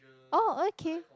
oh okay